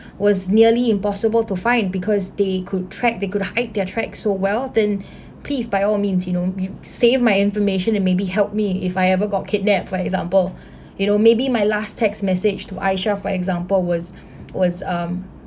was nearly impossible to find because they could track they could hide their tracks so well then please by all means you know save my information and maybe help me if I ever got kidnapped for example you know maybe my last text message to aisha for example was was um